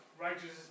righteousness